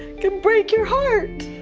can break your heart.